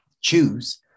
choose